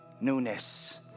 newness